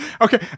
Okay